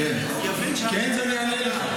יבין שאנחנו יוצאים לפגרה?